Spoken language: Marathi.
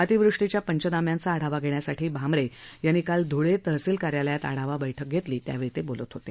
अतिवृष्टीच्या पंचनाम्यांचा आढावा घेण्यासाठी भामरे यांनी काल ध्ळे तहसील कार्यालयात आढावा बैठक घेतली त्यावेळी ते बोलत होते